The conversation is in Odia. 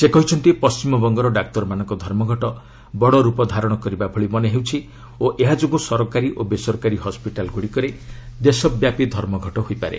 ସେ କହିଛନ୍ତି ପଣ୍ଟିମବଙ୍ଗର ଡାକ୍ତରମାନଙ୍କ ଧର୍ମଘଟ ବଡ଼ ରୂପ ଧାରଣ କରିବା ଭଳି ମନେ ହେଉଛି ଓ ଏହା ଯୋଗୁଁ ସରକାରୀ ଓ ବେସରକାରୀ ହସ୍କିଟାଲ୍ଗୁଡ଼ିକରେ ଦେଶବ୍ୟାପୀ ଧର୍ମଘଟ ହୋଇପାରେ